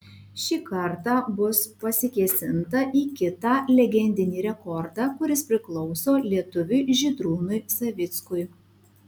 šį kartą bus pasikėsinta į kitą legendinį rekordą kuris priklauso lietuviui žydrūnui savickui